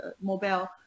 mobile